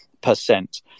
percent